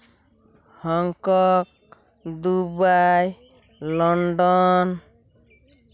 Hong Kong Dubai London